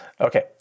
Okay